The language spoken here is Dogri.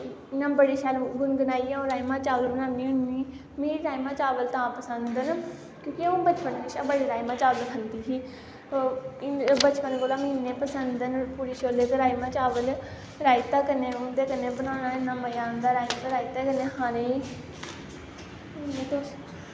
इयां बड़े शैल गुनगुनाइयै अऊं राजमा चावल बनान्नी होन्नी मीं राजमा चावल तां पसंद न क्योंकि अऊं बचपन कशा बड़े राजमा चावल खंदी ही बचपन कोला मिगी इन्ने पसंद न पूड़ी छोल्ले ते राजमा चावल राज़ता कन्नै उंदे कन्नै बनाना इन्ना मज़ा रायतै कन्नै खानेई ते